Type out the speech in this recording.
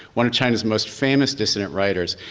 one of chinese most famous dissident writers.